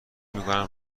میکنم